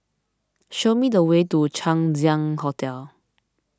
show me the way to Chang Ziang Hotel